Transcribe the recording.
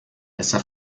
essa